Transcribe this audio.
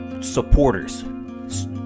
supporters